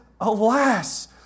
alas